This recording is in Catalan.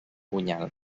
punyal